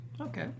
okay